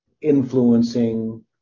influencing